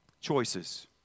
choices